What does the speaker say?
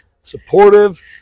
supportive